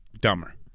dumber